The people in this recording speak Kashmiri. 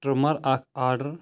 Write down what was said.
ٹٕرٛمَر اَکھ آڈَر